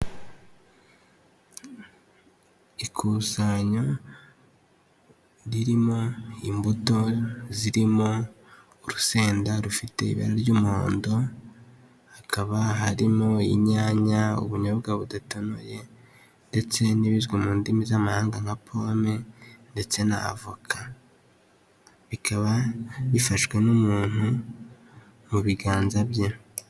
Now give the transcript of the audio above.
Ikusanyo ririmo imbuto zirimo urusenda rufite ibara ry'umuhondo, hakaba harimo inyanya, ubunyobwa budatonoye ndetse n'ibizwi mu ndimi z'amahanga nka pome ndetse na avoka, bikaba bifashwe n'umuntu mu biganza bye.